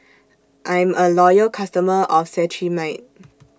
I'm A Loyal customer of Cetrimide